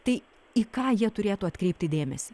tai į ką jie turėtų atkreipti dėmesį